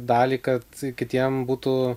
dalį kad kitiem būtų